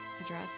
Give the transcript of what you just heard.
address